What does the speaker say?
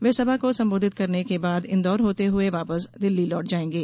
वे सभा को संबोधित करने के बाद इंदौर होते हुए वापस दिल्ली लौट जाएंगे